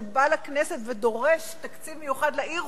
שהוא בא לכנסת ודורש תקציב מיוחד לעיר,